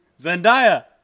Zendaya